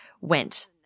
went